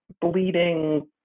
bleeding